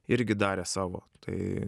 irgi darė savo tai